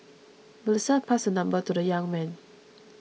Melissa passed her number to the young man